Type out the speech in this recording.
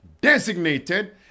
designated